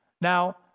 Now